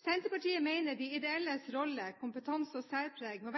Senterpartiet mener de ideelles rolle, kompetanse og særpreg må